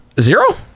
Zero